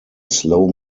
slow